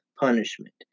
punishment